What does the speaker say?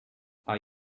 are